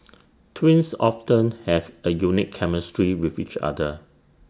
twins often have A unique chemistry with each other